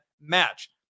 match